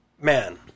man